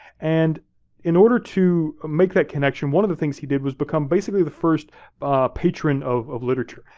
and in order to make that connection, one of the things he did was become basically the first patron of of literature.